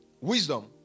Wisdom